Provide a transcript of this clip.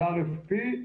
זה RFP,